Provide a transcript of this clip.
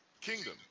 kingdom